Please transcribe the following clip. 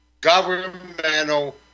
governmental